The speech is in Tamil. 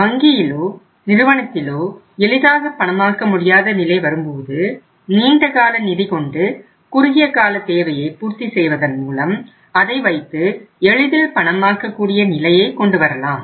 வங்கியிலோ நிறுவனத்திலோ எளிதாக பணமாக்க முடியாத நிலை வரும்போது நீண்ட கால நிதி கொண்டு குறுகிய காலத் தேவையை பூர்த்தி செய்வதன் மூலம் அதை வைத்து எளிதில் பணமாக்கக்கூடிய நிலையை கொண்டு வரலாம்